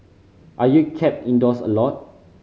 are you kept indoors a lot